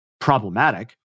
problematic